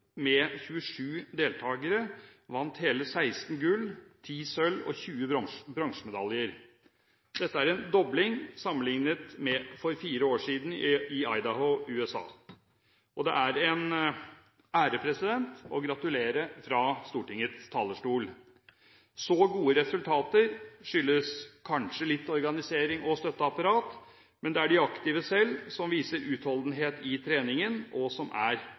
med 27 deltagere, vant hele 16 gull-, 10 sølv- og 20 bronsemedaljer. Dette er en dobling sammenlignet med mesterskapet for fire år siden i Idaho, USA. Det er en ære å få gratulere fra Stortingets talerstol. Så gode resultater skyldes kanskje litt organisering og støtteapparat, men det er de aktive selv som viser utholdenhet i treningen, og som er